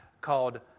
called